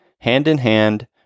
hand-in-hand